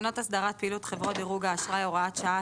תקנות הסדרת פעילות חברות דירוג האשראי (הוראת שעה),